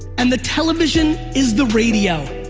and the television is the radio,